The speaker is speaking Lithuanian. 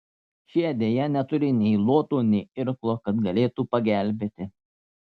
šie deja neturi nei luoto nei irklo kad galėtų pagelbėti